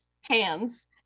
hands